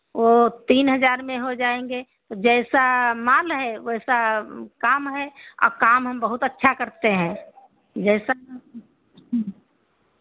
वो तीन हज़ार में हो जाएँगे तो जैसा माल है वैसा काम है और काम हम बहुत अच्छा करते हैं जैसा